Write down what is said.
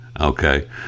Okay